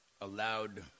allowed